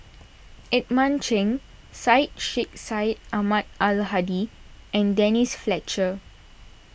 Edmund Cheng Syed Sheikh Syed Ahmad Al Hadi and Denise Fletcher